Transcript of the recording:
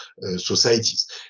societies